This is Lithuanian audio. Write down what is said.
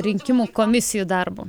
rinkimų komisijų darbu